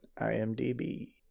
imdb